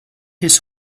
his